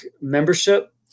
membership